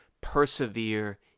persevere